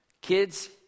Kids